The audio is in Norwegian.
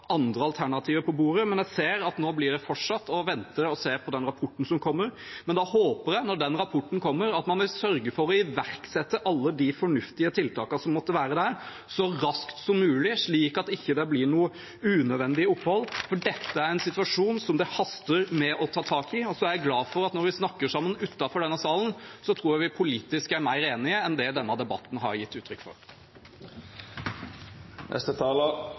andre alternativer på bordet, men jeg ser at nå blir det fortsatt å vente og se, vente på den rapporten som kommer. Men da håper jeg, når den rapporten kommer, at man vil sørge for å iverksette alle de fornuftige tiltakene som måtte være der, så raskt som mulig, slik at det ikke blir noe unødvendig opphold, for dette er en situasjon det haster å ta tak i. Så er jeg glad for at når vi snakker sammen utenfor denne salen, tror jeg vi politisk er mer enige enn det denne debatten har gitt uttrykk for.